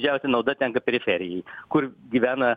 didžiausia nauda tenka periferijai kur gyvena